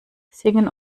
singen